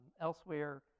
elsewhere